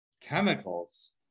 chemicals